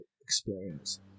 experience